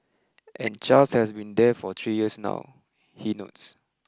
and Charles has been there for three years now he notes